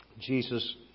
Jesus